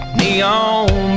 neon